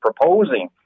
proposing